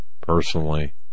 personally